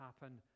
happen